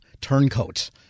turncoats